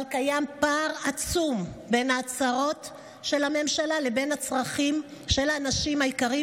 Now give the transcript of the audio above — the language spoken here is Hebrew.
אבל קיים פער עצום בין ההצהרות של הממשלה לבין הצרכים של האנשים היקרים,